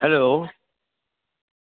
hello